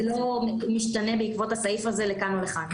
זה לא משתנה בעקבות הסעיף הזה לכאן או לכאן.